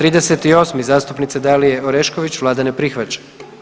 38. zastupnice Dalije Oreškić, Vlada ne prihvaća.